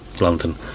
London